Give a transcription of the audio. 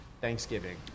Thanksgiving